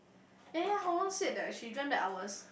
ya ya Hong Rong said that she dreamt that I was